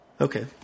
Okay